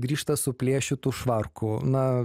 grįžta suplėšytu švarku na